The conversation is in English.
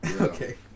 Okay